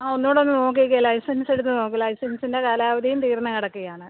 ആ ഒന്നുകൂടെ നോക്കിക്കേ ലൈസൻസ് എടുത്ത് നോക്ക് ലൈസൻസിൻ്റെ കാലാവധിയും തീർന്ന് കിടക്കുകയാണ്